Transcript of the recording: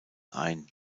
ein